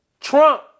Trump